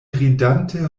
ridante